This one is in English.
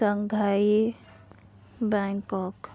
Shanghai Bangkok